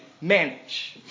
manage